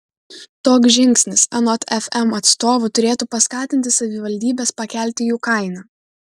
toks žingsnis anot fm atstovų turėtų paskatinti savivaldybes pakelti jų kainą